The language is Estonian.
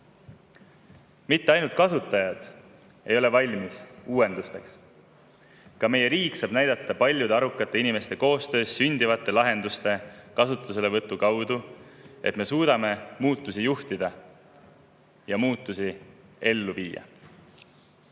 Mitte ainult kasutajad ei ole valmis uuendusteks. Ka meie riik saab näidata paljude arukate inimeste koostöös sündivate lahenduste kasutuselevõtu kaudu, et me suudame muutusi juhtida ja muutusi ellu viia.